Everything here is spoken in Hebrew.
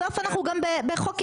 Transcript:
בסוף אנחנו גם בחוק יסוד,